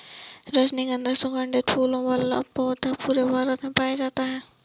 रजनीगन्धा सुगन्धित फूलों वाला पौधा पूरे भारत में पाया जाता है